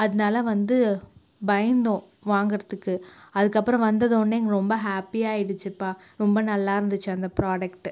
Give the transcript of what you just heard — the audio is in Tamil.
அதனால் வந்து பயந்தோம் வாங்கிறதுக்கு அதுக்கப்புறம் வந்தது ஒடனே எனக்கு ரொம்ப ஹேப்பியாகிடிச்சிப்பா ரொம்ப நல்லாருந்திச்சு அந்த பிராடக்ட்டு